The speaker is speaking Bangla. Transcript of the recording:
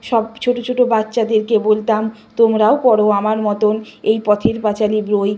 সব ছোটো ছোটো বাচ্চাদেরকে বলতাম তোমরাও পড়ো আমার মতন এই পথের পাঁচালী বই